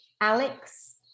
Alex